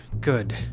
Good